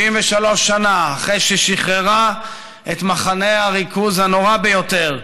73 שנה אחרי ששחררה את מחנה הריכוז הנורא ביותר,